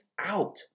out